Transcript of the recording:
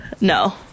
No